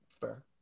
fair